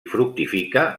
fructifica